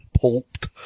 pulped